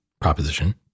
proposition